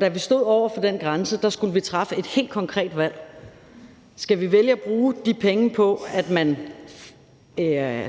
da vi stod over for den grænse, skulle vi træffe et helt konkret valg: Skal vi vælge at bruge de penge på, at man